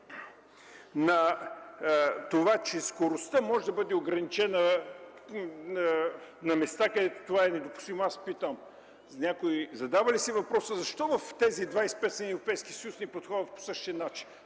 на това, че скоростта може да бъде ограничена на места, където това е недопустимо, питам: някой задава ли си въпроса защо в 25-те страни от Европейския съюз не подходят по същия начин